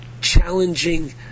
challenging